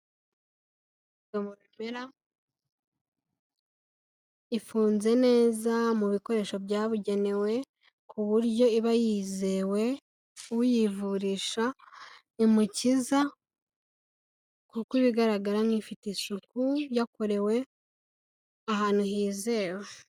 Imiti ikoze mu bimera ifunze neza mu bikoresho byabugenewe, ku buryo iba yizewe ku buryo uyivurisha imukiza, kuko ibigaragara nk'ifite isuku yakorewe ahantu hizewe.